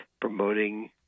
promoting